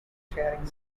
sharing